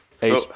Hey